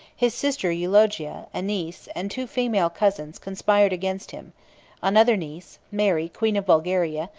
his sister eulogia, a niece, and two female cousins, conspired against him another niece, mary queen of bulgaria,